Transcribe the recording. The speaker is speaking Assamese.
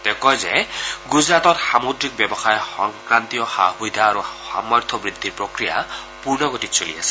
তেওঁ কয় যে গুজৰাটত সামুদ্ৰিক ব্যৱসায় সংক্ৰান্তীয় সা সুবিধা আৰু সামৰ্থ বৃদ্ধিৰ প্ৰক্ৰিয়া পূৰ্ণগতিত চলি আছে